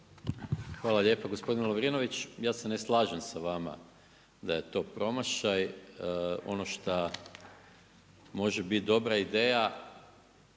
Hvala lijepa. Gospodin Lovrinović, ja se ne slažem s vama da je to promašaj. Ono šta može biti dobra ideja,